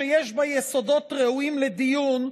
שיש בה יסודות ראויים לדיון,